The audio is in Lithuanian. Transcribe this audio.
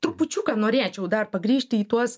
trupučiuką norėčiau dar pagrįžti į tuos